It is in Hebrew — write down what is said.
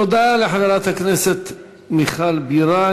תודה לחברת הכנסת מיכל בירן.